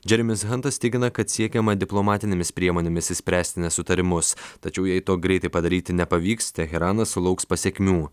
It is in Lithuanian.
džeremis hantas tikina kad siekiama diplomatinėmis priemonėmis išspręsti nesutarimus tačiau jei to greitai padaryti nepavyks teheranas sulauks pasekmių